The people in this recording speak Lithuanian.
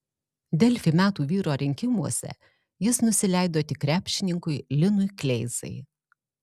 delfi metų vyro rinkimuose jis nusileido tik krepšininkui linui kleizai